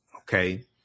okay